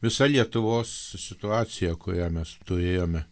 visa lietuvos situacija kurią mes turėjome